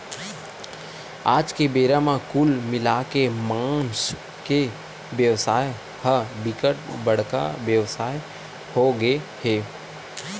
आज के बेरा म कुल मिलाके के मांस के बेवसाय ह बिकट बड़का बेवसाय होगे हे